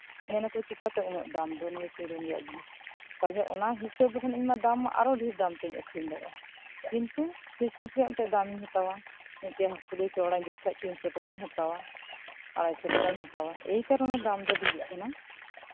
ᱢᱮᱱᱟᱠᱚ ᱪᱤᱠᱟᱛᱮ ᱩᱱᱟᱹᱜ ᱫᱟᱢ ᱫᱚ ᱱᱤᱭᱟᱹ ᱥᱤᱨᱚᱢ ᱨᱮᱭᱟᱜ ᱡᱤᱱᱤᱥ ᱛᱟᱦᱞᱮ ᱚᱱᱟ ᱦᱤᱚᱥᱟᱹᱵᱽ ᱞᱮᱠᱷᱟᱱ ᱛᱟᱦᱞᱮ ᱤᱧ ᱢᱟ ᱟᱨᱚ ᱰᱷᱮᱹᱨ ᱫᱟᱢ ᱛᱤᱧ ᱟᱠᱷᱨᱤᱧ ᱫᱟᱲᱮᱭᱟᱜᱼᱟ ᱠᱤᱱᱛᱩ ᱦᱤᱥᱟᱹᱵᱽ ᱨᱮᱭᱟᱜ ᱢᱤᱫᱴᱮᱱ ᱫᱟᱢ ᱤᱧ ᱦᱟᱛᱟᱣᱟ ᱢᱤᱫᱴᱮᱱ ᱦᱟᱹᱥᱩᱞᱤ ᱪᱚᱣᱲᱟᱧ ᱡᱩᱛ ᱠᱷᱟᱱ ᱛᱤᱱ ᱥᱚ ᱴᱟᱠᱟᱧ ᱦᱟᱛᱟᱣᱟ ᱟᱲᱟᱭᱥᱚ ᱴᱟᱠᱟᱧ ᱦᱟᱛᱟᱣᱟ ᱮᱭ ᱠᱟᱨᱚᱱᱮ ᱫᱟᱢ ᱫᱚ ᱰᱷᱮᱹᱨᱚᱜ ᱠᱟᱱᱟ